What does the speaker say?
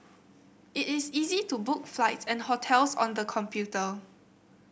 it is easy to book flights and hotels on the computer